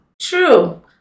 True